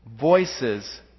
voices